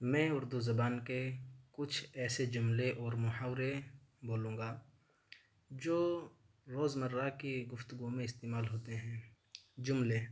میں اردو زبان کے کچھ ایسے جملے اور محاورے بولوں گا جو روز مرہ کی گفتگو میں استعمال ہوتے ہیں جملے